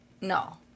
No